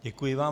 Děkuji vám.